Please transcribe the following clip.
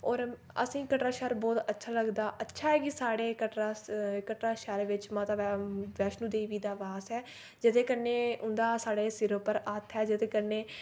और असें कटरा शैह्र बहुत अच्छा लगदा अच्छा ऐ कि साढ़े कटरा कटरा शैह्र बिच माता वैश्णो देवी दा वास ऐ जेह्दे कन्नै उंदा साढ़े सिर उप्पर हत्थ ऐ जेह्दे कन्नै